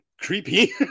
creepy